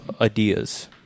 ideas